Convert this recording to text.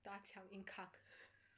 打枪 and cop